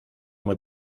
muy